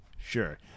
Sure